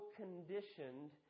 conditioned